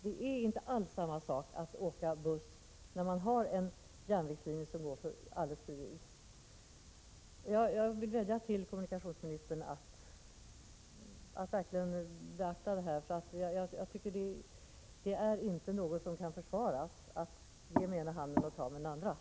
Det är inte alls samma sak att åka buss när det finns en järnvägslinje som går alldeles bredvid. Jag vill vädja till kommunikationsministern att verkligen beakta detta. Att ge med den ena handen och ta med den andra är inte något som kan försvaras.